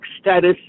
status